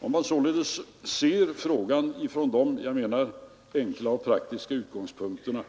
Om man således ser på frågan från de enkla och praktiska utgångspunkterna,